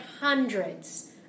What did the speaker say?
hundreds